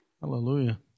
Hallelujah